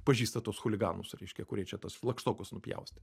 pažįstat tuos chuliganus reiškia kurie čia tas flagštokus nupjaustė